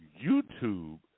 YouTube